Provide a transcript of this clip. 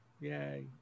Yay